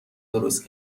درست